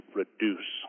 reduce